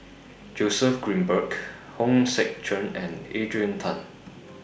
Joseph Grimberg Hong Sek Chern and Adrian Tan